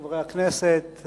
חברי הכנסת,